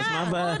אז מה הבעיה?